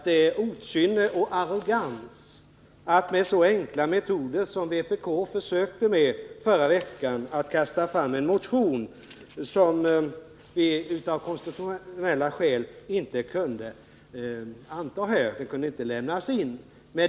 Det är okynne och arrogans att tillgripa så enkla metoder som vpk försökte med förra veckan — att kasta fram en motion som vi av konstitutionella skäl inte kunde remittera till utskott.